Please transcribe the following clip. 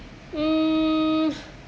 um